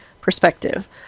Perspective